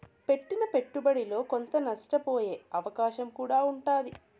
పెట్టిన పెట్టుబడిలో కొంత నష్టపోయే అవకాశం కూడా ఉంటాది